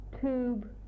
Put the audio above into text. tube